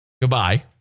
Goodbye